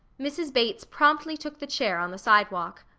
mrs. bates promptly took the chair, on the sidewalk.